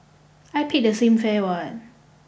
I paid the same fare what